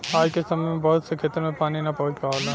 आज के समय में बहुत से खेतन में पानी ना पहुंच पावला